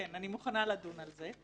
כן, אני מוכנה לדון על זה.